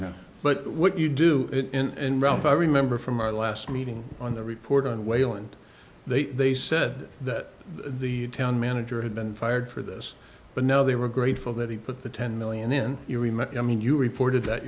no but what you do it and ralph i remember from our last meeting on the report on wayland they they said that the town manager had been fired for this but now they were grateful that he put the ten million in you remember i mean you reported that